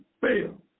fail